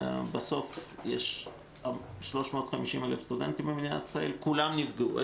בסוף יש 350 אלף סטודנטים במדינת ישראל כולם נפגעו.